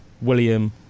William